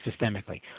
systemically